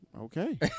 Okay